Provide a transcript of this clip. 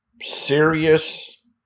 serious